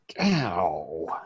Ow